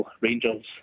Rangers